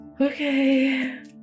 Okay